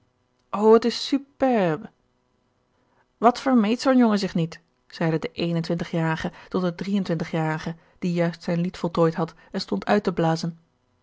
het is superbe wat vermeet zoo'n jongen zich niet zeide de een en twintigjarige tot den drie en twintigjarige die juist zijn lied voltooid had en stond uit te blazen